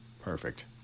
Perfect